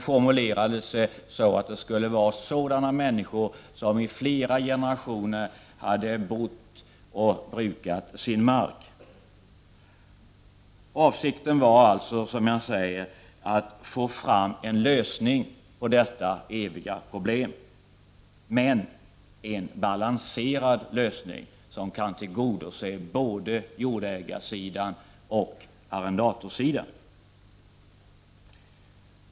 Formuleringen lyder att det skall vara sådana människor som i flera generationer har bott på och brukat sin mark. Avsikten var, som jag sade, att få en lösning på detta eviga problem. Det skall dock vara en balanserad lösning som kan tillgodose såväl jordägarsidan som arrendatorsidan.